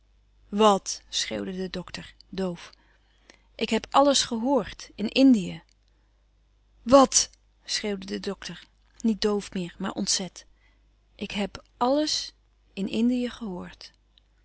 schreeuwde de dokter doof ik heb alles gehoord in indië wàt schreeuwde de dokter niet doof meer maar ontzet ik heb alles in indië gehoord